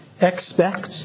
expect